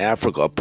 Africa